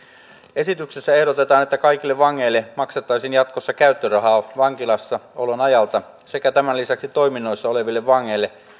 esityksessä ehdotetaan että kaikille vangeille maksettaisiin jatkossa käyttörahaa vankilassaolon ajalta sekä tämän lisäksi toiminnoissa oleville vangeille